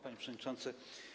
Panie Przewodniczący!